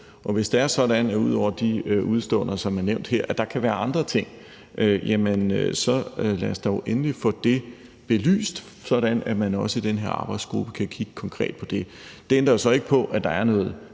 som er nævnt her, kan være andre ting, så lad os da endelig få det belyst, sådan at man også i den her arbejdsgruppe kan kigge konkret på det. Det ændrer jo så ikke på, at der er noget